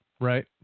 Right